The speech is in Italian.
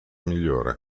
migliore